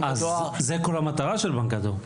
זה כל המטרה של בנק הדואר.